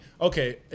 okay